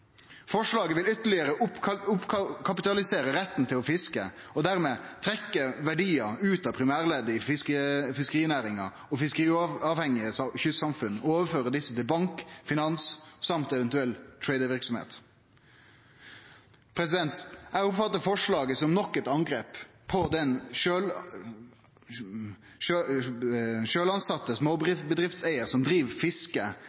Forslaget vil ytterlegare oppkapitalisere retten til å fiske og dermed trekkje verdiar ut av primærleddet i fiskerinæringa og fiskeriavhengige kystsamfunn og overføre dei til bank, finans og eventuell traderverksemd. Eg oppfattar forslaget som nok eit angrep på den sjølvtilsette småbedriftseigaren som driv fiske